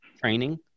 training